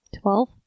Twelve